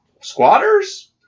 Squatters